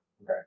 Okay